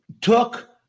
took